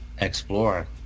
explore